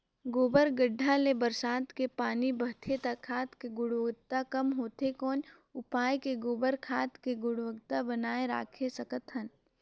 गोबर गढ्ढा ले बरसात मे पानी बहथे त खाद के गुणवत्ता कम होथे कौन उपाय कर गोबर खाद के गुणवत्ता बनाय राखे सकत हन?